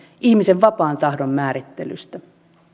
ihmisen vapaan tahdon määrittelystä